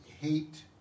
hate